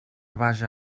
vaja